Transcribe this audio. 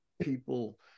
people